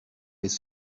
les